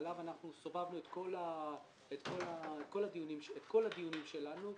שעליו סובבנו את כל הדיונים שלנו.